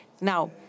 Now